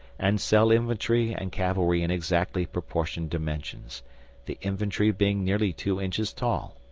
and sell infantry and cavalry in exactly proportioned dimensions the infantry being nearly two inches tall.